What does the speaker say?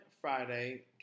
Friday